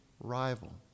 rival